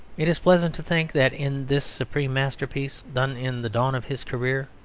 it is pleasant to think that in this supreme masterpiece, done in the dawn of his career,